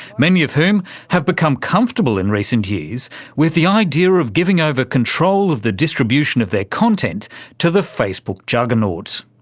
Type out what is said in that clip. many of whom have become comfortable in recent years with the idea of giving over control of the distribution of their content to the facebook juggernaut.